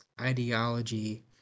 ideology